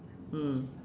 mm